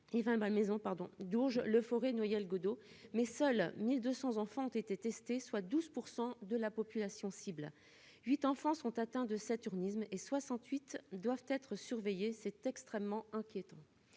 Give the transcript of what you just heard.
: ma maison pardon Dourges le euphorie Noyelles-Godault, mais seuls 1200 enfants ont été testés, soit 12 % de la population cible, 8 enfants sont atteints de saturnisme et 68 doivent être surveillés, c'est extrêmement inquiétant,